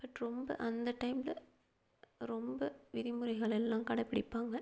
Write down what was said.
but ரொம்ப அந்த டைமில் ரொம்ப விதிமுறைகள் எல்லாம் கடைபிடிப்பாங்க